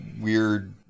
weird